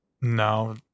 No